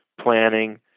planning